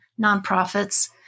nonprofits